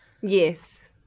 Yes